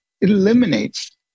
eliminates